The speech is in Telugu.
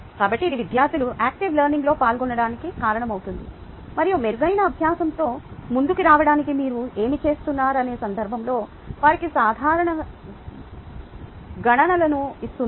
కాబట్టి ఇది విద్యార్థులు యాక్టివ్ లెర్నింగ్లో పాల్గొనడానికి కారణమవుతుంది మరియు మెరుగైన అభ్యాసంతో ముందుకు రావడానికి మీరు ఏమి చేస్తున్నారనే సందర్భంలో వారికి సాధారణ గణనలను ఇస్తుంది